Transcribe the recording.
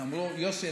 הם אמרו: יוסי,